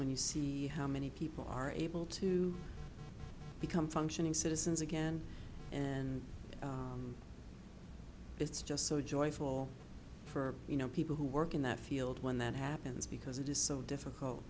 when you see how many people are able to become functioning citizens again and it's just so joyful for you know people who work in that field when that happens because it is so difficult